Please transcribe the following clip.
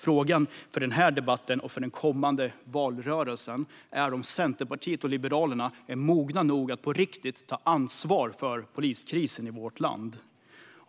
Frågan för den här debatten och den kommande valrörelsen är om Centerpartiet och Liberalerna är mogna nog att på riktigt ta ansvar för poliskrisen i vårt land.